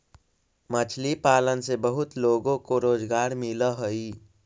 मछली पालन से बहुत लोगों को रोजगार मिलअ हई